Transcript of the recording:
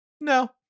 no